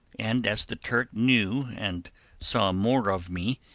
and as the turk knew and saw more of me,